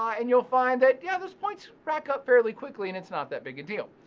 ah and you'll find that yeah those points rack up fairly quickly and it's not that big a deal.